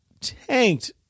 tanked